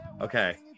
okay